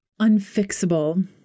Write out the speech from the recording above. unfixable